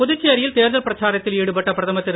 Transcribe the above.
புதுச்சேரியில் தேர்தல் பிரச்சாரத்தில் ஈடுபட்ட பிரதமர் திரு